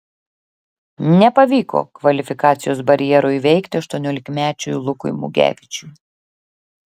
nepavyko kvalifikacijos barjero įveikti aštuoniolikmečiui lukui mugevičiui